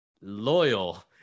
loyal